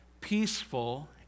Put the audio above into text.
peaceful